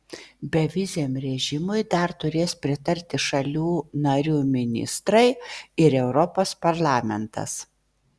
beviziam režimui dar turės pritarti šalių narių ministrai ir europos parlamentas